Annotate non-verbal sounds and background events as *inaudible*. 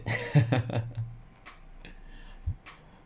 *laughs* *noise*